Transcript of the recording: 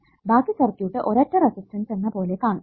ബാക്കി സർക്യൂട്ട് ഒരൊറ്റ റെസിസ്റ്റൻസ് എന്ന പോലെ കാണും